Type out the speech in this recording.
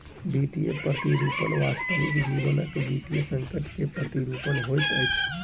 वित्तीय प्रतिरूपण वास्तविक जीवनक वित्तीय संकट के प्रतिरूपण होइत अछि